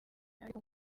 ariko